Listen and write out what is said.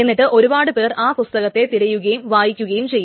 എന്നിട്ട് ഒരുപാട് പേർ ആ പുസ്തകത്തെ തിരയുകയും വായിക്കുകയും ചെയ്യും